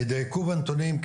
תדייקו בנתונים,